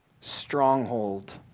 stronghold